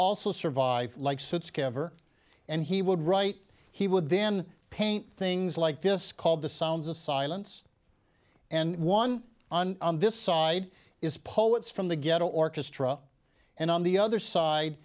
also survive like such cover and he would write he would then paint things like this called the sounds of silence and one on this side is poets from the ghetto orchestra and on the other side